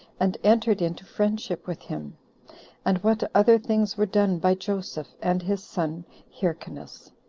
and entered into friendship with him and what other things were done by joseph, and his son hyrcanus.